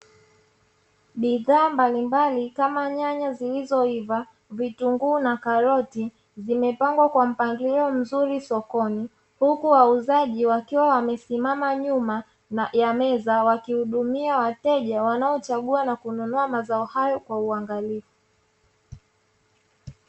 Bidhaa mbalimbali kama nyanya zilizoiva, vitunguu na karoti vimepangwa kwa mpangilio mzuri sokoni, huku wauzaji wakiwa wamesimama nyuma ya meza, wakihudumia wateja wanaochagua na kununua mazao hayo kwa uangalifu.